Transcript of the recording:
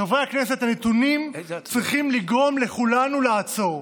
חברי הכנסת, הנתונים צריכים לגרום לכולנו לעצור.